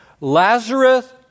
Lazarus